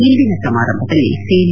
ಇಂದಿನ ಸಮಾರಂಭದಲ್ಲಿ ಸೇನೆ